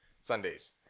sundays